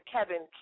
Kevin